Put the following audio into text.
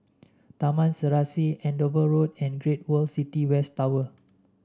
Taman Serasi Andover Road and Great World City West Tower